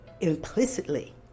implicitly